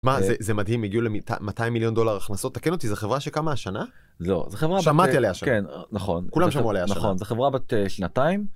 מה, זה מדהים, הגיעו ל-200 מיליון דולר הכנסות, תקן אותי, זו חברה שקמה השנה? לא, זו חברה... שמעתי עליה השנה. כן, נכון. כולם שמעו עליה השנה. נכון, זו חברה בת שנתיים.